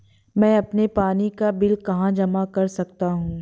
मैं अपने पानी का बिल कहाँ जमा कर सकता हूँ?